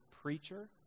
preacher